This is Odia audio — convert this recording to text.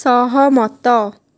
ସହମତ